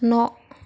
न'